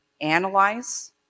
analyze